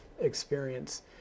experience